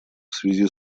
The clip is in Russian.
связи